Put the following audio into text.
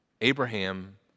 Abraham